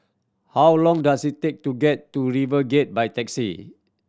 how long does it take to get to RiverGate by taxi